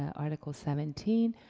ah article seventeen,